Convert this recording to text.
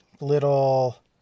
little